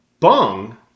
Bung